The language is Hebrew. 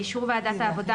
באישור ועדת העבודה,